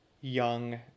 young